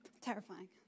Terrifying